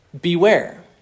beware